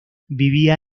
vivía